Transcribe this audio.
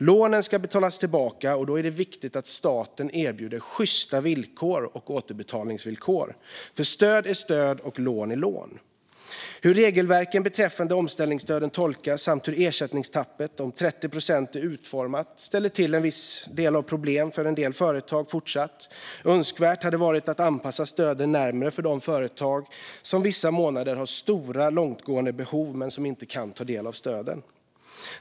Lånen ska betalas tillbaka, och då är det viktigt att staten erbjuder sjysta återbetalningsvillkor. För stöd är stöd, och lån är lån. Hur regelverken beträffande omställningsstöden tolkas samt hur ersättningstappet om 30 procent är utformat ställer fortsatt till vissa problem för en del företag. Önskvärt hade varit att anpassa stöden närmare för de företag som vissa månader har stora och långtgående behov men som inte kan ta del av stöden.